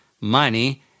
money